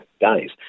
days